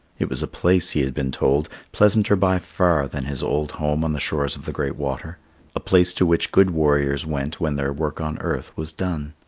it was a place, he had been told, pleasanter by far than his old home on the shores of the great water a place to which good warriors went when their work on earth was done.